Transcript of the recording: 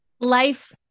life